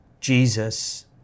Jesus